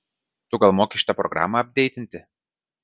tu gal moki šitą programą apdeitinti